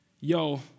yo